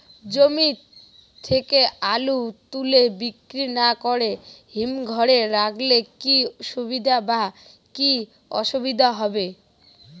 জমি থেকে আলু তুলে বিক্রি না করে হিমঘরে রাখলে কী সুবিধা বা কী অসুবিধা হবে?